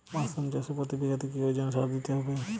Mushroom চাষে প্রতি বিঘাতে কি ওজনে সার দিতে হবে?